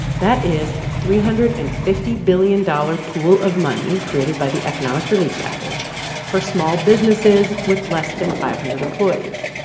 that is a three hundred and fifty billion dollars pool of money created by the economic relief package for small businesses with less than five hundred employees.